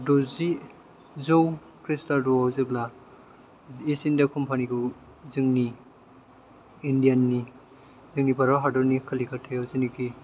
द'जि जौ खृष्टाबदयाव जेब्ला इष्ट इण्डिया कम्पानिखौ जोंनि इण्डियाननि जोंनि भारत हादरनि कलिकातायाव जेनाखि